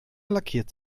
lackiert